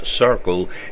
Circle